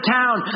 town